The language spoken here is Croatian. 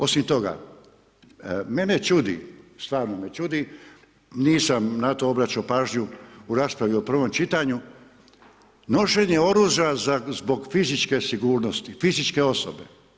Osim toga, mene čudi, stvarno me čudi, nisam na to obraćao pažnju u raspravi u prvom čitanju, nošenje oružja zbog fizičke sigurnosti fizičke osobe.